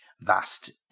vast